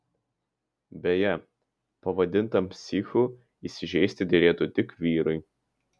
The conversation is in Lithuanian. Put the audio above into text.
beje pavadintam psichu įsižeisti derėtų tik vyrui